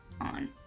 on